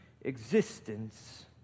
existence